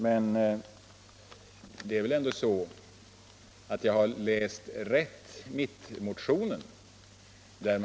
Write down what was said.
Men jag har väl ändå läst mittmotionen rätt?